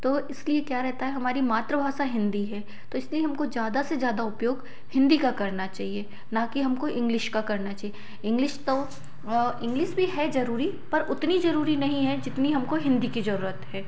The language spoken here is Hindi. तो इसलिए क्या रहता है हमारी मातृभाषा हिंदी है तो इसलिए हमको ज़्यादा से ज़्यादा उपयोग हिंदी का करना चहिए ना कि हमको इंग्लिश का करना चहिए इंग्लिश तो इंग्लिस भी है ज़रूरी पर उतनी ज़रूरी नहीं है जितनी हमको हिंदी की ज़रूरत है